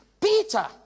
Peter